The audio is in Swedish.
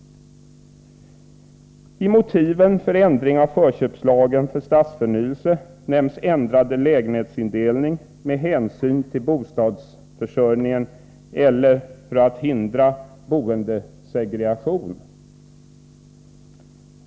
I motiven för ändring av förköpslagen för stadsförnyelse nämns ändrad lägenhetsindelning med hänsyn till bostadsförsörjningen eller för att hindra boendesegregation.